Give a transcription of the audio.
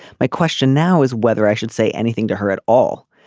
my question now is whether i should say anything to her at all.